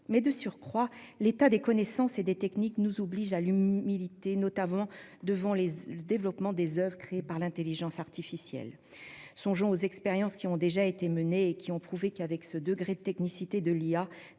Mais de plus, l'état des connaissances et des techniques nous oblige à l'humilité, notamment devant le développement des oeuvres créées par l'intelligence artificielle. Des expériences ont déjà prouvé qu'avec le degré de technicité actuel